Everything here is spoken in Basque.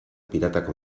piratak